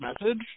message